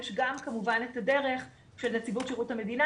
יש גם כמובן את הדרך של נציבות שירות המדינה